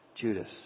Judas